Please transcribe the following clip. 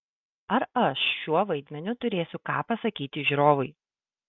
ar aš šiuo vaidmeniu turėsiu ką pasakyti žiūrovui